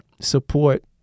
support